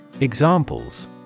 Examples